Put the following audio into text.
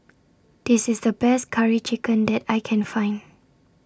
This IS The Best Curry Chicken that I Can Find